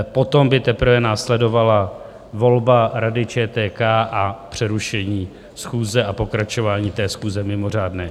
Potom by teprve následovala volba Rady ČTK a přerušení schůze a pokračování té schůze mimořádné.